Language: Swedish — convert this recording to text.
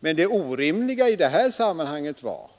Men det orimliga i detta sammanhang var